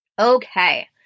Okay